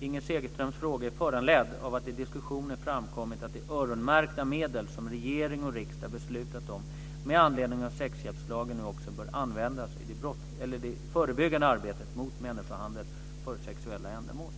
Inger Segelströms fråga är föranledd av att det i diskussioner framkommit att de öronmärkta medel som regering och riksdag beslutat om med anledning av sexköpslagen nu också bör användas i det förebyggande arbetet mot människohandel för sexuella ändamål.